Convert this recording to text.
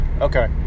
Okay